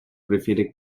prefiere